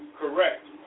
correct